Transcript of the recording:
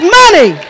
money